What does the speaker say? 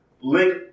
link